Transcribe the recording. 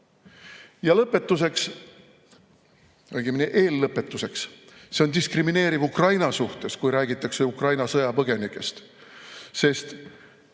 lõpetuseks, õigemini eellõpetuseks. See on diskrimineeriv Ukraina suhtes, kui räägitakse Ukraina sõjapõgenikest. Sest